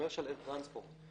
Commercial Air Transport,